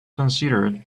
considered